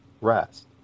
rest